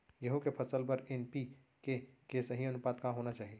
गेहूँ के फसल बर एन.पी.के के सही अनुपात का होना चाही?